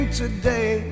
today